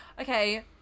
Okay